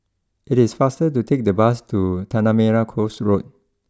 it is faster to take the bus to Tanah Merah Coast Road